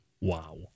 Wow